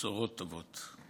בשורות טובות.